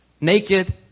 naked